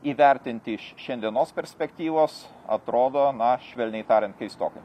įvertinti iš šiandienos perspektyvos atrodo na švelniai tariant keistokai